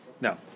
No